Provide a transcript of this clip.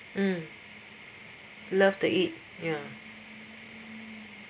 mm love to eat ya